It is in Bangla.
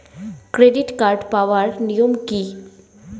ক্রেডিট কার্ড পাওয়ার নিয়ম কী?